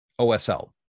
OSL